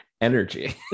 Energy